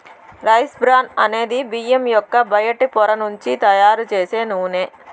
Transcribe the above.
rice bran అనేది బియ్యం యొక్క బయటి పొర నుంచి తయారు చేసే నూనె